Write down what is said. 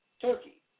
Turkey